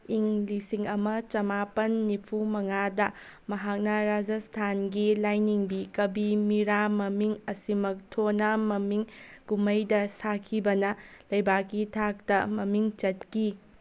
ꯏꯪ ꯂꯤꯁꯤꯡ ꯑꯃ ꯆꯃꯥꯄꯜ ꯅꯤꯐꯨꯃꯉꯥꯗ ꯃꯍꯥꯛꯅ ꯔꯥꯖꯁꯊꯥꯟꯒꯤ ꯂꯥꯏꯅꯤꯡꯕꯤ ꯀꯕꯤ ꯃꯤꯔꯥ ꯃꯃꯤꯡ ꯑꯁꯤꯃꯛ ꯊꯣꯅ ꯃꯃꯤ ꯀꯨꯝꯍꯩꯗ ꯁꯥꯈꯤꯕ ꯂꯩꯕꯥꯛꯀꯤ ꯊꯥꯛꯇ ꯃꯃꯤꯡ ꯆꯠꯈꯤ